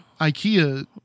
IKEA